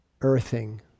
earthing